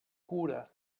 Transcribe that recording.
cura